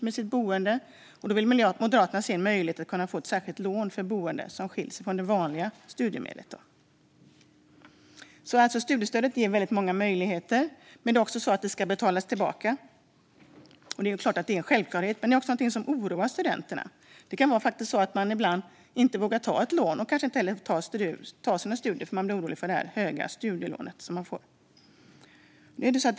Moderaterna vill även se en möjlighet till ett särskilt lån för boende som skiljer sig från det vanliga studiemedlet. Studiestödet ger väldigt många möjligheter, men det ska också betalas tillbaka. Det är en självklarhet, men det är någonting som oroar studenterna. Det kan ibland vara så att man inte vågar ta ett lån och kanske därför inte påbörjar studier för att man är orolig för det höga studielånet.